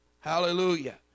Hallelujah